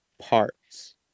parts